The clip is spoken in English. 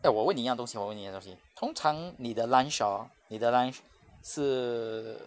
那我问你一样东西我问你一样东西通常你的 lunch hor 你的 lunch 是